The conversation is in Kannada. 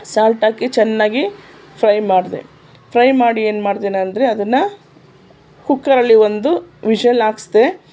ಸಾಲ್ಟ್ ಹಾಕಿ ಚೆನ್ನಾಗಿ ಫ್ರೈ ಮಾಡಿದೆ ಫ್ರೈ ಮಾಡಿ ಏನು ಮಾಡಿದೆನೆಂದ್ರೆ ಅದನ್ನು ಕುಕ್ಕರಲ್ಲಿ ಒಂದು ವಿಶಲ್ ಹಾಕಿಸ್ದೆ